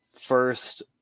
first